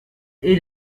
est